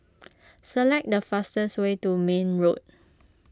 select the fastest way to Mayne Road